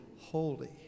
holy